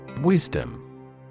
Wisdom